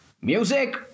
Music